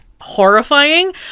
horrifying